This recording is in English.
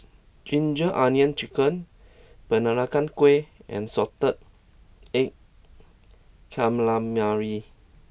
Ginger Onions Chicken Peranakan Kueh and Salted Egg Calamari